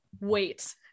wait